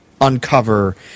uncover